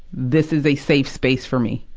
this is a safe space for me.